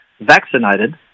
vaccinated